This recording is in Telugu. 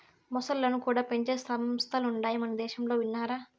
మొసల్లను కూడా పెంచే సంస్థలుండాయి మనదేశంలో విన్నారా